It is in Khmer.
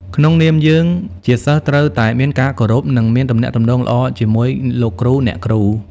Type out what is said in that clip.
ក្នុងនាមយើងជាសិស្សត្រូវតែមានការគោរពនិងមានទំនាក់ទំនងល្អជាមួយលោកគ្រូអ្នកគ្រូ។